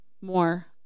more